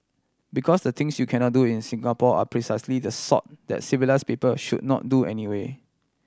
because the things you cannot do in Singapore are precisely the sort that civilise people should not do anyway